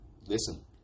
listen